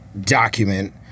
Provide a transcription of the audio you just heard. document